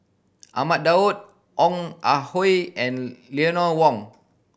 Ahmad Daud Ong Ah Hoi and Eleanor Wong